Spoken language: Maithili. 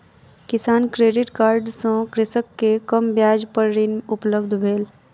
किसान क्रेडिट कार्ड सँ कृषक के कम ब्याज पर ऋण उपलब्ध भेल